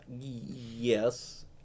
Yes